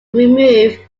remove